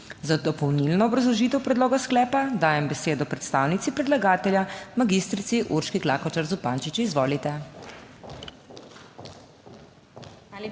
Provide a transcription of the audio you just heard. Za dopolnilno obrazložitev predloga sklepa dajem besedo predstavnici predlagatelja mag. Urški Klakočar Zupančič. Izvolite.